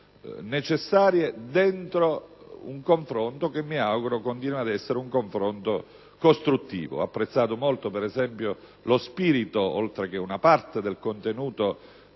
necessarie nell'ambito di un confronto che mi auguro continui ad essere costruttivo. Ho apprezzato molto, ad esempio, lo spirito, oltre che una parte del contenuto,